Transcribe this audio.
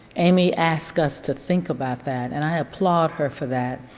amy asked us to think about that and i applaud her for that.